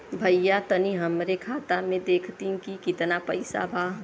भईया तनि हमरे खाता में देखती की कितना पइसा बा?